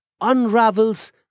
unravels